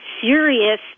serious